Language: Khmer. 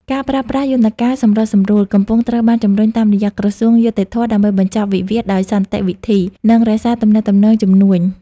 ការប្រើប្រាស់ "យន្តការសម្រុះសម្រួល" កំពុងត្រូវបានជម្រុញតាមរយៈក្រសួងយុត្តិធម៌ ដើម្បីបញ្ចប់វិវាទដោយសន្តិវិធី និងរក្សាទំនាក់ទំនងជំនួញ។